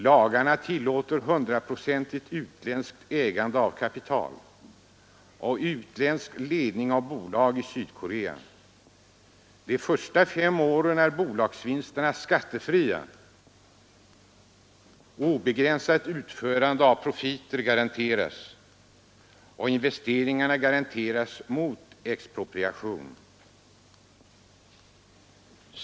Lagarna tillåter ett hundraprocentigt utländskt ägande av kapital och utländsk ledning av bolag i Sydkorea. De första fem åren är bolagsvinsterna skattefria. Obegränsat utförande av profiter garanteras och investeringarna garanteras mot expropriation.